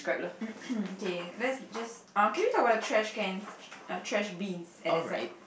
K let's just uh can we talk about the trash cans uh trash bins at the side